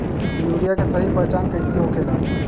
Urea के सही पहचान कईसे होखेला?